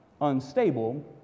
unstable